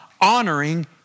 honoring